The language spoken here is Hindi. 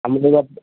हम लोग अब